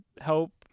help